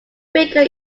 figure